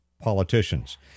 politicians